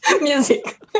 music